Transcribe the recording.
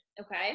okay